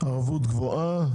ערבות גבוהה,